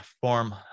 form